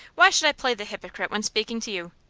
why should i play the hypocrite when speaking to you?